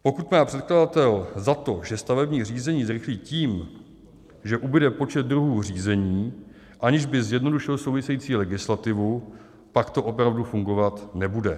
Pokud má předkladatel za to, že stavební řízení zrychlí tím, že ubude počet druhů řízení, aniž by zjednodušil související legislativu, pak to opravdu fungovat nebude.